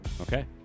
Okay